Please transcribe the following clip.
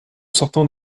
sortant